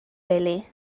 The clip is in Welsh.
wely